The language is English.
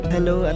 Hello